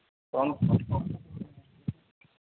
कौन